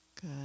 Good